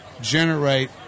generate